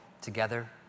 together